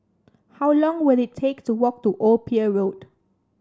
how long will it take to walk to Old Pier Road